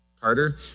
Carter